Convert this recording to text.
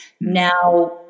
Now